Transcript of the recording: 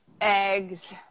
eggs